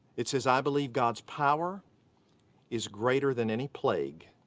it says i believe god's power is greater than any plague,